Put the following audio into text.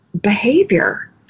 behavior